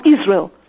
Israel